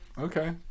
Okay